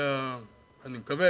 אני מקווה,